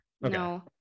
no